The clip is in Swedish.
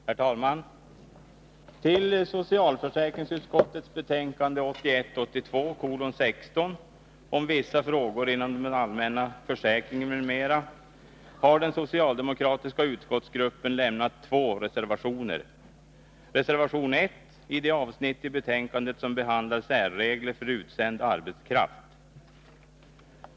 Herr talman! Till socialförsäkringsutskottets betänkande 1981/82:16 om vissa frågor inom den allmänna försäkringen m.m. har den socialdemokratiska utskottsgruppen fogat två reservationer. Reservation 1 avser det avsnitt i betänkandet som behandlar särregler för utsänd arbetskraft.